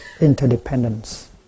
interdependence